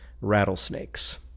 rattlesnakes